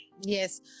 yes